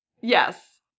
Yes